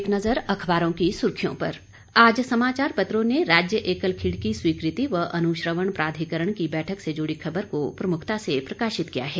एक नज़र अखबारों की सुर्खियों पर आज समाचार पत्रों ने राज्य एकल खिड़की स्वीकृति व अनुश्रवण प्राधिकरण की बैठक से जुड़ी खबर को प्रमुखता से प्रकाशित किया है